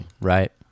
right